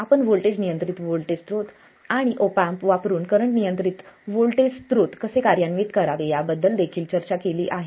आपण व्होल्टेज नियंत्रित व्होल्टेज स्त्रोत आणि ऑप एम्प वापरुन करंट नियंत्रित व्होल्टेज स्त्रोत कसे कार्यान्वित करावे याबद्दल देखील चर्चा केली आहे